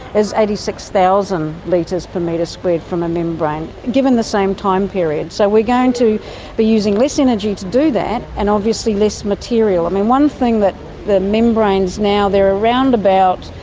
it's eighty six thousand litres per metre squared from a membrane, given the same time period. so we're going to be using less energy to do that and obviously less material. um and one thing that the membranes now. they're around about,